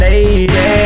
Lady